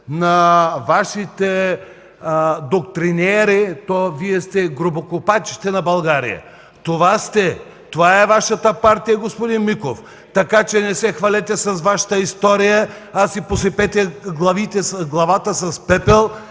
на Вашите доктринери, то Вие сте гробокопачите на България! Това сте! Това е Вашата партия, господин Миков! Така че не се хвалете с Вашата история, а си посипете главата с пепел